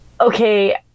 okay